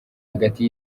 hagati